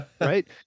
right